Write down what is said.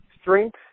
strength